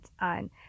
on